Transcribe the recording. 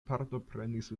partoprenis